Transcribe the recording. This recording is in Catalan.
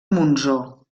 montsó